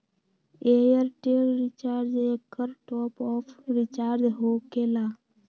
Airtel recharge एकर top off recharge होकेला?